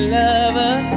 lover